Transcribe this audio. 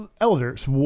Elders